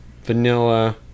Vanilla